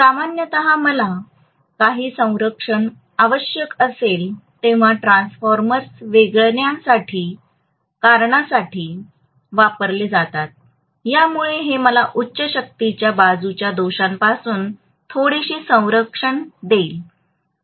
सामान्यत जेव्हा मला काही संरक्षण आवश्यक असेल तेव्हा ट्रान्सफॉर्मर्स वेगळ्यासाठी कारणासाठी वापरले जातात यामुळे हे मला उच्च शक्तीच्या बाजूच्या दोषांपासून थोडीशी संरक्षण देईल